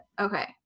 Okay